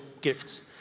gifts